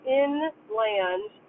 inland